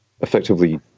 effectively